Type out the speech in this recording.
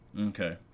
Okay